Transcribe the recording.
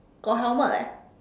got helmet leh